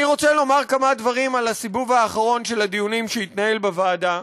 אני רוצה לומר כמה דברים על הסיבוב האחרון של הדיונים שהתנהלו בוועדה,